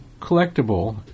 collectible